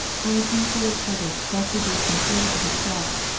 while the saintly ascetic thus rejoiced in the fervour of his flock,